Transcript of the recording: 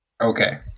Okay